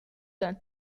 d’un